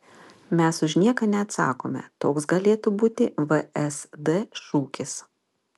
mes už nieką neatsakome toks galėtų būti vsd šūkis